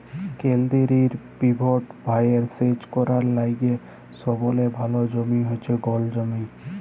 কেলদিরিয় পিভট ভাঁয়রে সেচ ক্যরার লাইগে সবলে ভাল জমি হছে গল জমি